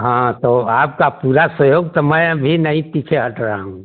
हाँ तो आपका पूरा सहयोग तो मैं भी नहीं पीछे हट रहा हूँ